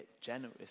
generous